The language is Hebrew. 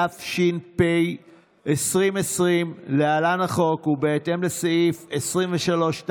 התש"ף 2020, ובהתאם לסעיף 23(2)